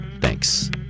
Thanks